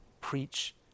Preach